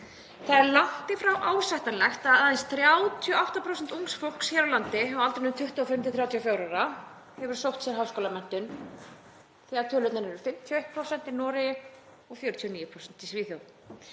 Það er langt í frá ásættanlegt að aðeins 38% ungs fólks hér á landi á aldrinum 25–34 ára hefur sótt sér háskólamenntun þegar tölurnar eru 51% í Noregi og 49% í Svíþjóð.